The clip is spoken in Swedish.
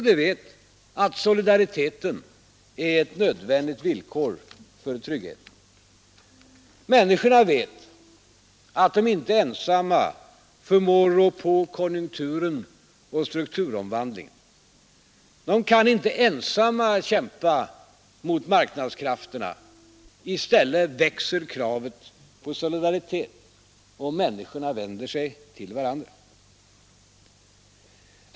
De vet att solidariteten är ett nödvändigt villkor för tryggheten. Människorna vet att de inte ensamma förmår rå på konjunkturen och strukturomvandlingen. De kan inte ensamma kämpa mot marknadskrafterna. I stället växer kraven på solidaritet och människorna vänder sig till varandra.